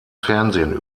fernsehen